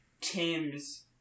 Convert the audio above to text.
Tim's